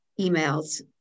emails